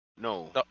No